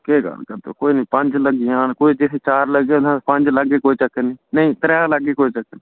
केह् गल्ल करदे ओ कोई नी पंंज लग्गी जान चार लग्गी जान पंज लाह्गे कोई चक्कर नी नेईं त्रै लाह्गे कोई चक्कर नी